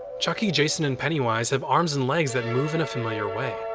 chuckie, jason, and pennywise have arms and legs that move in a familiar way.